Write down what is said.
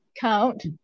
count